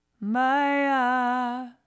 Maya